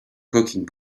cooking